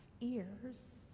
ears